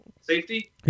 safety